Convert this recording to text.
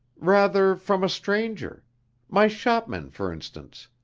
rather from a stranger my shopman, for instance,